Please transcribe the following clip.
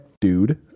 dude